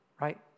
right